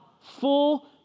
Full